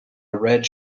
red